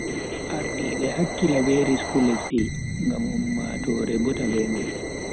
Ardiibe hakkila be risku lesdi mgam ummatoore bota be mai.